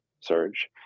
surge